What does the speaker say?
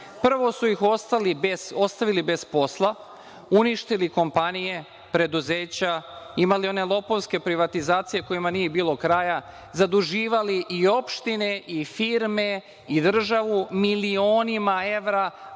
Prvo su ih ostavili bez posla, uništili kompanije, preduzeća, imali one lopovske privatizacije kojima nije bilo kraja, zaduživali i opštine i firme i državu milionima evra,